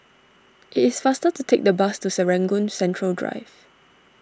it's faster to take the bus to Serangoon Central Drive